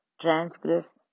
transgress